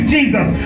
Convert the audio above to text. Jesus